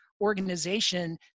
Organization